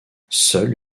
seule